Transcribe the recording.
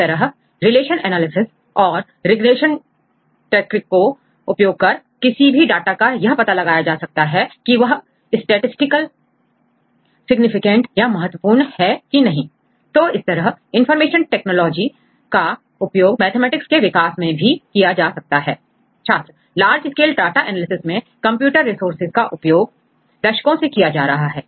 इस तरह को रिलेशन एनालिसिस और रिग्रेशन टेक्निक का उपयोग कर किसी भी डाटा का यह पता लगाया जा सकता है कि वह स्टैटिसटिकल सिग्निफिकेंट या महत्वपूर्ण है की नहीं तो इस तरह इनफार्मेशन टेक्नोलॉजी का उपयोग मैथमेटिक्स के विकास में भी किया जा सकता है छात्र लार्ज स्केल डाटा एनालिसिस में कंप्यूटेशनल रिसोर्सेज का उपयोग दशकों से किया जा रहा है